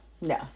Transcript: No